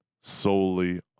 solely